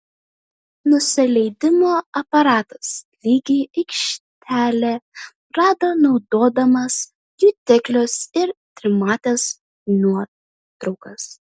nusileidimo aparatas lygią aikštelę rado naudodamas jutiklius ir trimates nuotraukas